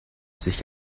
sich